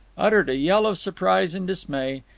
uttered a yell of surprise and dismay,